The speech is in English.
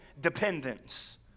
dependence